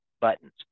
buttons